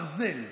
ברזל.